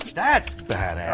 that's badass.